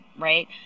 right